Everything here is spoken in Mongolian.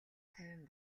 тавин